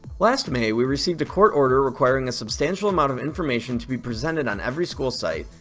last may, we received a court order requiring a substantial amount of information to be presented on every school site,